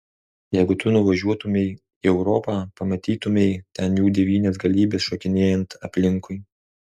jeigu tu nuvažiuotumei į europą pamatytumei ten jų devynias galybes šokinėjant aplinkui